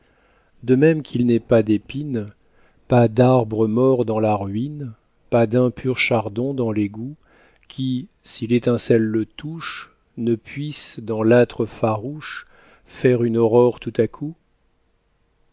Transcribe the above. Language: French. de même qu'il n'est pas d'épine pas d'arbre mort dans la ruine pas d'impur chardon dans l'égout qui si l'étincelle le touche ne puisse dans l'âtre farouche faire une aurore tout à coup